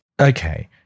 Okay